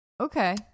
Okay